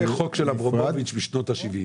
זה חוק של אברובוביץ משנות ה-70.